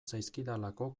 zaizkidalako